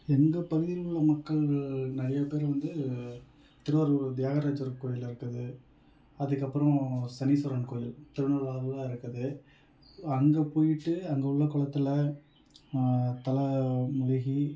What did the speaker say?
எங்கள் பகுதிலுள்ள மக்கள் நிறைய பேர் வந்து திருவாரூர் தியாகராஜர் கோவில் இருக்குது அதுக்கப்புறம் சனீஸ்வரன் கோயில் திருநள்ளாறில் இருக்குது அங்கே போய்விட்டு அங்கே உள்ள குளத்துல தலை முழுகி